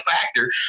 factor